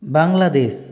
Bangladesh